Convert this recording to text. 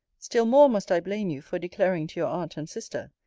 still more must i blame you for declaring to your aunt and sister,